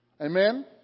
Amen